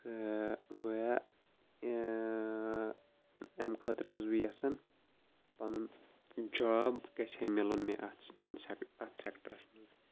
تہٕ گویا اَمہِ خٲطرٕ چھُس بہٕ یژھان پَنُن جاب گژھِ ہے میلُن مےٚ اَتھ سٮ۪کٹَرَس منٛز